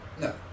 No